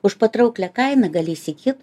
už patrauklią kainą gali įsigyt